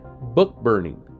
book-burning